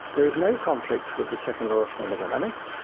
there is no conflict with the second law of thermodynamics,